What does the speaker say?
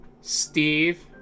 Steve